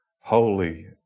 holy